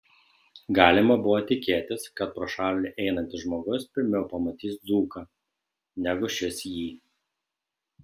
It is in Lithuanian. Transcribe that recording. galima buvo tikėtis kad pro šalį einantis žmogus pirmiau pamatys dzūką negu šis jį